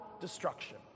destruction